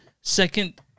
second